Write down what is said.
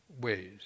ways